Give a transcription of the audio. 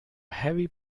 heavy